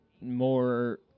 more